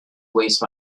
waste